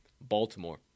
Baltimore